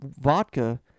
vodka